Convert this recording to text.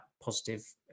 positive